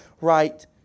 right